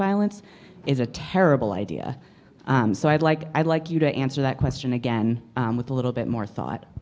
violence is a terrible idea so i'd like i'd like you to answer that question again with a little bit more thought